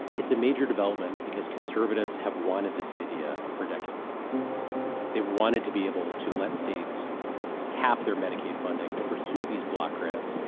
it's a major development because conservatives have wanted this idea for decades they wanted to be able to let states cap their medicaid funding to pursue these block grants.